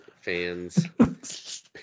fans